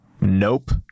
nope